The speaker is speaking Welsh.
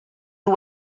nhw